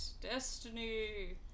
Destiny